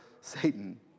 Satan